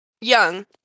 Young